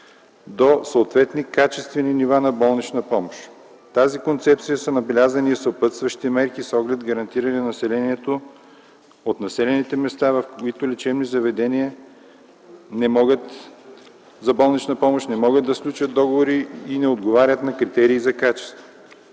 до съответни качествени нива на болнична помощ. В тази концепция са набелязани и съпътстващи мерки с оглед гарантиране на населението от населените места, в които лечебни заведения за болнична помощ не могат да сключват договори и не отговарят на критерии за качество.